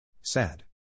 Sad